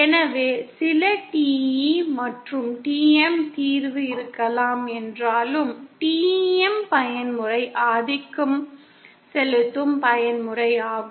எனவே சில TE மற்றும் TM தீர்வு இருக்கலாம் என்றாலும் TEM பயன்முறை ஆதிக்கம் செலுத்தும் பயன்முறையாகும்